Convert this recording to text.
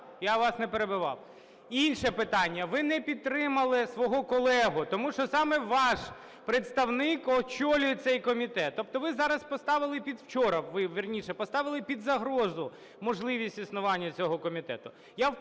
я вас не перебивав. Інше питання, ви не підтримали свою колегу, тому що саме ваш представник очолює цей комітет. Тобто ви зараз поставили, учора, вірніше, поставили під загрозу можливість існування цього комітету.